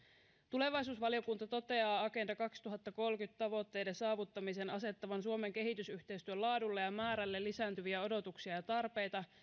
tulevaisuusvaliokunta toteaa agenda kaksituhattakolmekymmentä tavoitteiden saavuttamisen asettavan suomen kehitysyhteistyön laadulle ja määrälle lisääntyviä odotuksia ja tarpeita